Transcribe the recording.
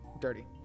Dirty